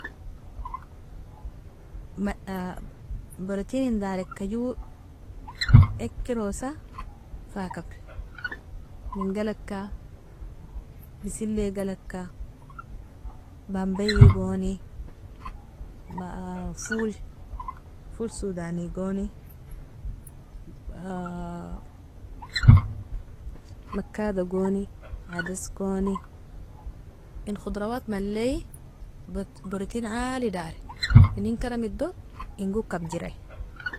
- borotinin darek jo ekirosa fa kabr, mingalaka bisili galaka, bambei goni, fol sudani goni, makada goni, adas koni, inkhadrawat malie borotin aali dari inen karamido ingo kabjiri.